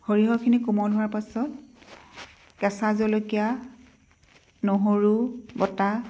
সৰিয়হখিনি কোমল হোৱাৰ পাছত কেঁচা জলকীয়া নহৰু বটা